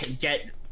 get